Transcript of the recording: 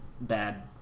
bad